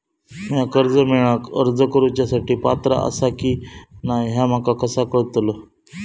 म्या कर्जा मेळाक अर्ज करुच्या साठी पात्र आसा की नसा ह्या माका कसा कळतल?